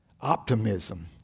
optimism